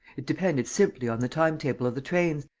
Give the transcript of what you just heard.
it depended simply on the time-table of the trains,